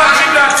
אני לא אקשיב.